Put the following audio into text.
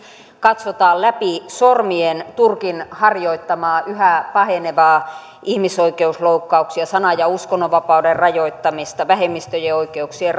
katsotaan läpi sormien turkin harjoittamia yhä pahenevia ihmisoikeusloukkauksia sanan ja uskonnonvapauden rajoittamista vähemmistöjen oikeuksien